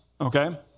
Okay